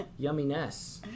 yumminess